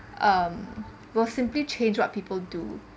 um will simply change what people do